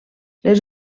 les